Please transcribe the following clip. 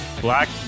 Black